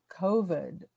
COVID